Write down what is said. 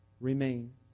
remain